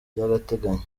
by’agateganyo